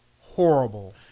horrible